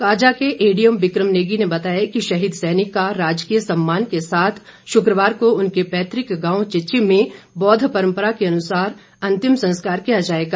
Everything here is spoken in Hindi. काजा के एडी एम बिक्रम नेगी ने बताया कि शहीद सैनिक का राजकीय सम्मान के साथ शुक्रवार को उनके पैतक गांव चिचिम में बौद्ध परम्परा के अनुसार अंतिम संस्कार किया जाएगा